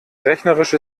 rechnerisch